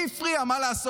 לי זה הפריע, מה לעשות.